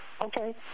Okay